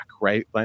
right